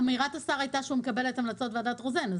אמירת השר הייתה שהוא מקבל את המלצות ועדת רוזן.